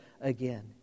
again